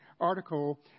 article